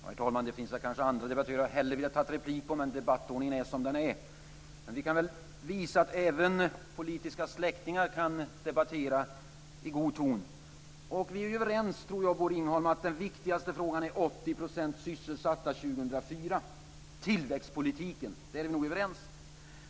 Herr talman! Det finns kanske andra debattörer jag hellre hade velat ta replik på, men debattordningen är som den är. Vi kan väl visa att även politiska släktingar kan debattera i god ton. Jag tror att vi är överens, Bosse Ringholm, om att den viktigaste frågan är 80 % sysselsatta år 2004 och tillväxtpolitiken. Där är vi nog överens.